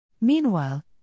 Meanwhile